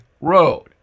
road